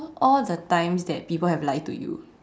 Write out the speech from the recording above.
all the times that people have lied to you